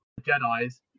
Jedis